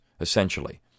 essentially